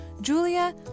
Julia